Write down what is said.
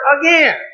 again